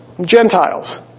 Gentiles